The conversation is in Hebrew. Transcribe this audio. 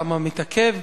כמה מתעכב?